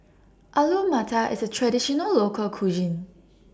Alu Matar IS A Traditional Local Cuisine